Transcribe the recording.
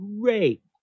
great